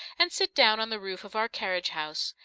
and sit down on the roof of our carriage-house.